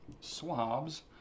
swabs